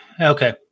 Okay